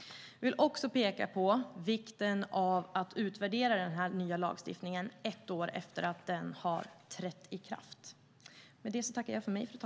Jag vill också peka på vikten av att utvärdera den nya lagstiftningen ett år efter att den har trätt i kraft.